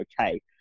okay